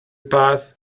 path